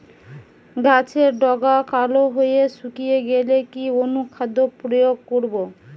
গাছের ডগা কালো হয়ে শুকিয়ে গেলে কি অনুখাদ্য প্রয়োগ করব?